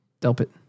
Delpit